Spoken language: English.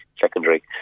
secondary